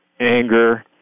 anger